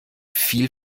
viel